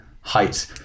height